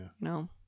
no